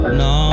no